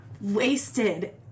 wasted